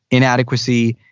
inadequacy,